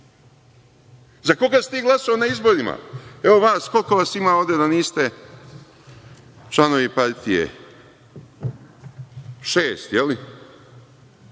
Za koga si ti glasao na izborima? Evo, vas, koliko vas ima ovde da niste članovi partije? Šest, je li?